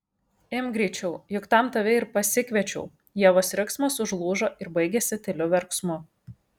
imk greičiau juk tam tave ir pasikviečiau ievos riksmas užlūžo ir baigėsi tyliu verksmu